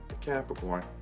Capricorn